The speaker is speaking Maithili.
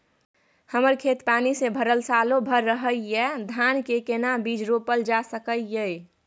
हमर खेत पानी से भरल सालो भैर रहैया, धान के केना बीज रोपल जा सकै ये?